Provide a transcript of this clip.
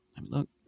look